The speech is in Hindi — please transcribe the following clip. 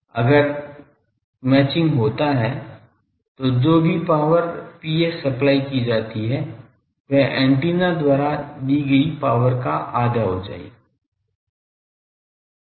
अगर मिलान होता है तो जो भी पॉवर Ps सप्लाई की जाती है वह एंटीना द्वारा दी गयी पॉवर का आधा आएगी